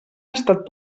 estat